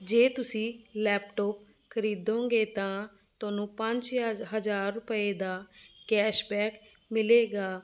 ਜੇ ਤੁਸੀਂ ਲੈਪਟੋਪ ਖਰੀਦੋਗੇ ਤਾਂ ਤੁਹਾਨੂੰ ਪੰਜ ਹ ਹਜ਼ਾਰ ਰੁਪਏ ਦਾ ਕੈਸ਼ਬੈਕ ਮਿਲੇਗਾ